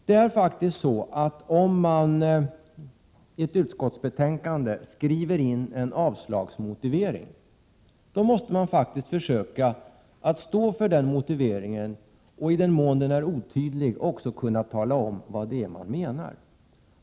Det är faktiskt så, Helge Hagberg, att om man skriver in en avslagsmotivering i ett utskottsbetänkande, måste man försöka att stå för den motiveringen. I den mån motiveringen är otydlig måste man också kunna tala om vad man menar.